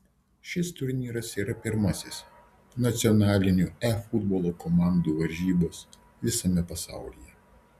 šis turnyras yra pirmasis nacionalinių e futbolo komandų varžybos visame pasaulyje